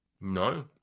No